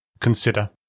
consider